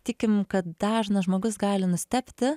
tikim kad dažnas žmogus gali nustebti